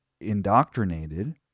indoctrinated